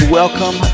welcome